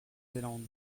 zélande